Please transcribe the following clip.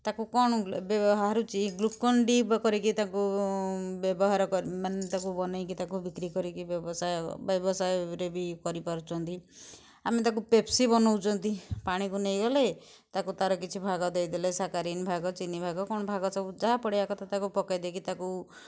ତାକୁ କଣ ବାହାରୁଛି ଗ୍ଲୁକୋଣ୍ଡି ବ କରିକି ତାକୁ ବ୍ୟବହାର କର୍ ମାନେ ତାକୁ ବନେଇକି ତାକୁ ବିକ୍ରି କରିକି ବ୍ୟବସାୟ ବ୍ୟବସାୟରେ ବି କରିପାରୁଛନ୍ତି ଆମେ ତାକୁ ପେପ୍ସି ବନାଉଛନ୍ତି ପାଣିକୁ ନେଇଗଲେ ତାକୁ ତା'ର କିଛି ଭାଗ ଦେଇ ଦେଲେ ସାକାରିନ୍ ଭାଗ ଚିନି ଭାଗ କଣ ଭାଗ ସବୁ ଯାହା ପଡ଼ିବା କଥା ତାକୁ ପକେଇ ଦେଇକି ତାକୁ